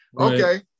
Okay